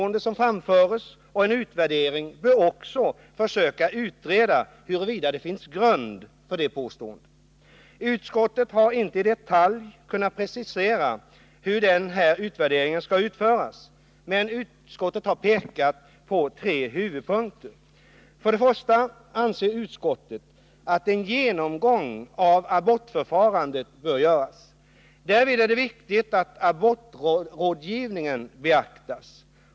En utvärdering bör också försöka utreda om det finns grund för det påståendet. Utskottet har inte i detalj kunnat precisera hur den här utvärderingen skall utföras, men utskottet har pekat på tre huvudpunkter. Den första är att utskottet anser att en genomgång av abortförfarandet bör göras. Därvid är det viktigt att abortrådgivningen beaktas.